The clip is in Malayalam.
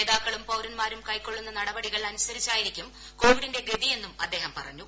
നേതാക്കളും പൌരന്മാരും കൈക്കൊള്ളുന്ന നടപടികൾ അനുസരിച്ചായിരിക്കും കോവിഡിന്റെ ഗതിയെന്നും അദ്ദേഹം പറഞ്ഞു